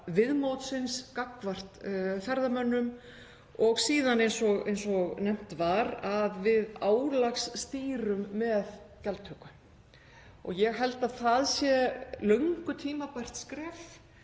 viðmótsins gagnvart ferðamönnum. Síðan, eins og nefnt var, að við álagsstýrum með gjaldtöku. Ég held að það sé löngu tímabært skref